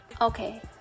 Okay